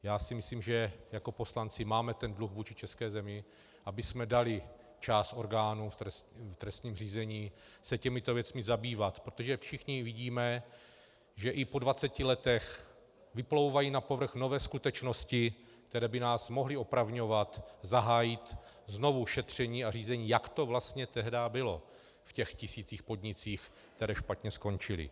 Já si myslím, že jako poslanci máme ten dluh vůči české zemi, abychom umožnili části orgánů v trestním řízení se těmito věcmi zabývat, protože všichni vidíme, že i po dvaceti letech vyplouvají na povrch nové skutečnosti, které by nás mohly opravňovat zahájit znovu šetření a řízení, jak to vlastně tehdy bylo v těch tisících podnicích, které špatně skončily.